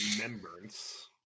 Remembrance